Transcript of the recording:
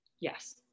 Yes